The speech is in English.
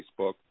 Facebook